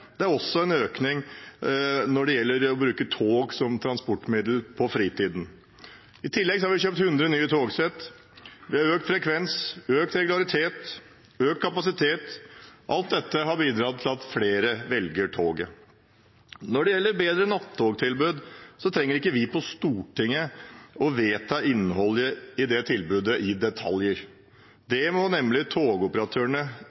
det er også en økning når det gjelder å bruke tog som transportmiddel på fritiden. I tillegg har vi kjøpt 100 nye togsett. Vi har økt frekvens, økt regularitet og økt kapasitet, og alt dette har bidratt til at flere velger toget. Når det gjelder bedre nattogtilbud, trenger ikke vi på Stortinget å vedta innholdet i det tilbudet i